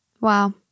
wow